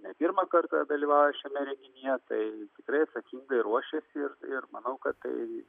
ne pirmą kartą dalyvauja šiame renginyje tai tikrai atsakingai ruošiasi ir ir manau kad tai